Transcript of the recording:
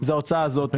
זאת ההוצאה הזאת.